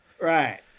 Right